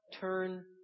turn